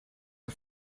are